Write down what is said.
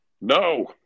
No